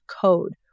code